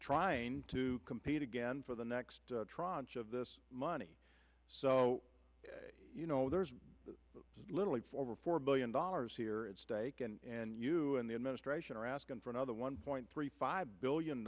trying to compete again for the next traunch of this money so you know there's literally over four billion dollars here at stake and you and the administration are asking for another one point three five billion